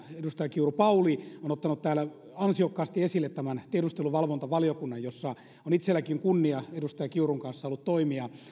edustaja kiuru pauli on ottanut täällä ansiokkaasti esille tämän tiedusteluvalvontavaliokunnan jossa on itsellänikin kunnia edustaja kiurun kanssa ollut toimia